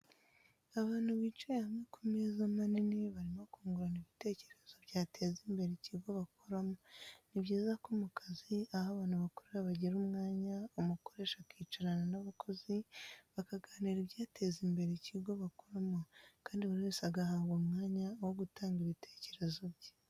Abantu bicaye hamwe ku meza manini barimo kungurana ibitekerezo byateza imbere ikigo bakoramo. Ni byiza ko mu kazi aho abantu bakorera bagira umwanya umukoresha akicarana n'abakozi bakaganira ibyateza imbere ikigo bakoramo kandi buri wese agahabwa umwanya wo gutanga ibitekerezo bye.